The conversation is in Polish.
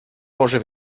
porze